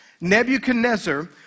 Nebuchadnezzar